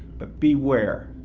but beware,